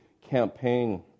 campaign